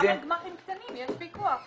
גם על גמ"חים קטנים יש פיקוח.